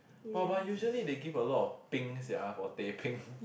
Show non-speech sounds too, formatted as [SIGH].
!wah! but usually they give a lot of peng sia for teh peng [LAUGHS]